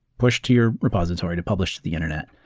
push to your repository to publish to the internet.